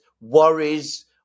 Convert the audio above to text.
worries